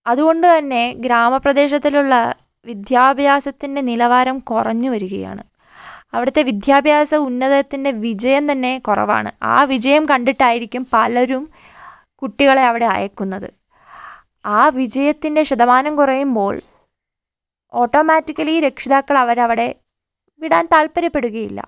അതുകൊണ്ടുതന്നെ ഗ്രാമപ്രദേശത്തിലുള്ള വിദ്യാഭ്യാസത്തിൻ്റെ നിലവാരം കുറഞ്ഞു വരുകയാണ് അവിടുത്തെ വിദ്യാഭ്യാസ ഉന്നതത്തിൻ്റെ വിജയം തന്നെ കുറവാണ് ആ വിജയം കണ്ടിട്ടായിരിക്കും പലരും കുട്ടികളെ അവിടെ അയക്കുന്നത് ആ വിജയത്തിൻ്റെ ശതമാനം കുറയുമ്പോൾ ഓട്ടോമാറ്റിക്കലി രക്ഷിതാക്കൾ അവരെ അവിടെ വിടാൻ താല്പര്യപ്പെടുകയില്ല